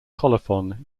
colophon